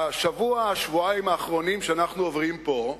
לשבוע-שבועיים האחרונים שאנחנו עוברים פה,